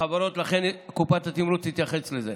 ולכן קופת התמרוץ תתייחס לזה.